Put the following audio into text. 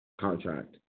contract